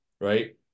right